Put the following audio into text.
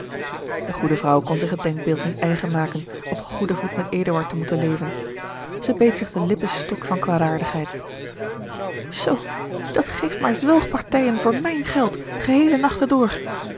de goede vrouw kon zich het denkbeeld niet eigen maken op goeden voet met eduard te moeten leven zij beet zich de lippen stuk van kwaadaardigheid zoo dat geeft maar zwelgpartijen voor mijn geld geheele nachten